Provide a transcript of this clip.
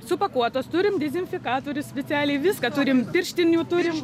supakuotos turim dezinfekatorių specialiai viską turim pirštinių turim